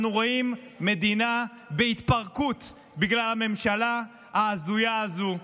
אנחנו רואים מדינה בהתפרקות בגלל הממשלה ההזויה הזו,